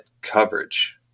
coverage